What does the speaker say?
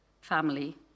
family